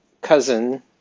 cousin